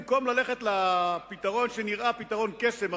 במקום ללכת לפתרון שנראה פתרון קסם,